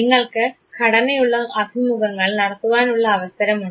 നിങ്ങൾക്ക് ഘടനയുള്ള അഭിമുഖങ്ങൾ നടത്തുവാനുള്ള അവസരം ഉണ്ട്